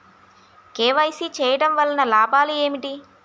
KYC చేయటం వలన లాభాలు ఏమిటి?